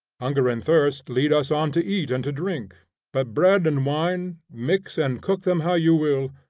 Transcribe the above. hunger and thirst lead us on to eat and to drink but bread and wine, mix and cook them how you will,